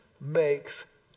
makes